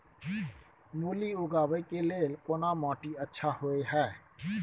मूली उगाबै के लेल कोन माटी अच्छा होय है?